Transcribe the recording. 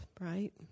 right